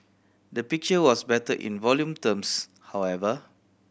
the picture was better in volume terms however